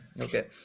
Okay